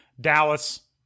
Dallas